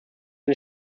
den